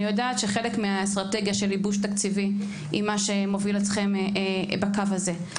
אני יודעת שחלק מהאסטרטגיה של ייבוש תקציבי היא מה שמוביל אתכם בקו הזה.